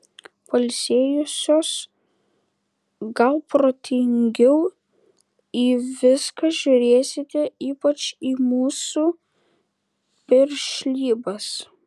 pailsėjusios gal protingiau į viską žiūrėsite ypač į mūsų piršlybas